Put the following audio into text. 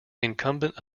incumbent